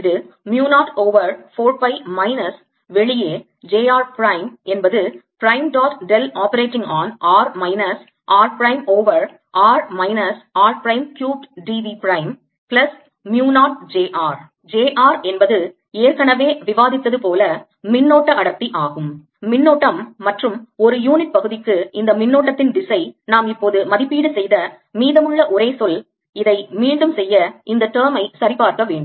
இது mu 0 over 4 pi minus வெளியே j r prime நேரம் பார்க்கவும் 1539 என்பது prime dot del operating on r minus r prime over r minus r prime cubed d V prime plus mu 0 j r j r என்பது ஏற்கனவே விவாதித்தது போல மின்னோட்ட அடர்த்தி ஆகும் மின்னோட்டம் மற்றும் ஒரு யூனிட் பகுதிக்கு இந்த மின்னோட்டத்தின் திசை நாம் இப்போது மதிப்பீடு செய்ய மீதமுள்ள ஒரே சொல் இதை மீண்டும் செய்ய இந்த term ஐ சரிபார்க்க வேண்டும்